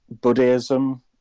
buddhism